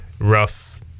rough